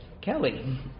Kelly